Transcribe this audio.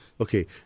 Okay